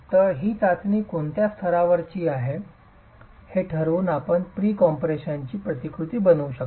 तर ही चाचणी कोणत्या स्तरावर करायची आहे हे ठरवून आपण प्रीकम्प्रेशनची प्रतिकृती बनवू शकता